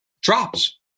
drops